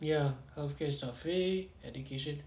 ya healthcare is not free education